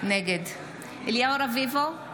נגד אליהו רביבו,